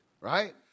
right